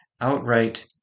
outright